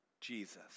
Jesus